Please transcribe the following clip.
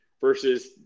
versus